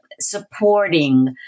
supporting